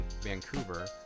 Vancouver